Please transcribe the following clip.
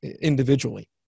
individually